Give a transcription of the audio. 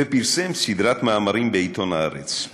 ופרסם סדרת מאמרים בעיתון הארץ,